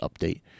update